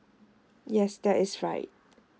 yes that is right